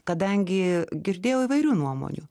kadangi girdėjau įvairių nuomonių